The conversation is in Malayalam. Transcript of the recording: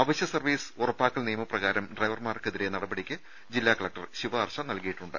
അവശ്യ സർവീസ് ഉറപ്പാക്കൽ നിയമപ്ര കാരം ഡ്രൈവർമാർക്കെതിരെ നടപടിക്ക് ജില്ലാകലക്ടർ ശുപാർശ ചെയ്തിട്ടുണ്ട്